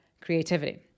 creativity